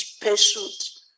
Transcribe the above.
pursued